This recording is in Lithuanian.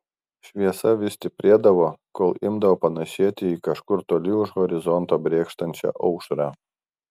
šviesa vis stiprėdavo kol imdavo panašėti į kažkur toli už horizonto brėkštančią aušrą